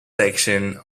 section